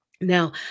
Now